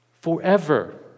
Forever